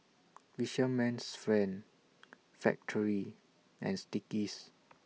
Fisherman's Friend Factorie and Sticky's